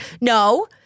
No